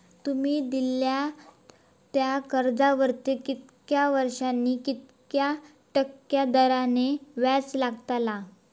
तुमि दिल्यात त्या कर्जावरती कितक्या वर्सानी कितक्या टक्के दराने व्याज लागतला?